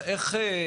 ההגנה?